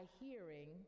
hearing